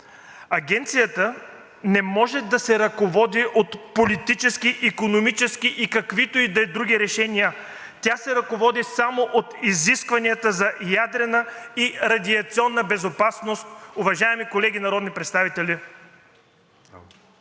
Агенцията не може да се ръководи от политически, икономически и каквито и да е други решения, тя се ръководи само от изискванията за ядрена и радиационна безопасност, уважаеми колеги народни представители,